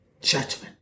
judgment